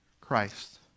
Christ